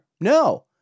No